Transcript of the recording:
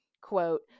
quote